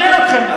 נראה אתכם.